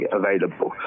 available